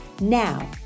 Now